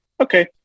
Okay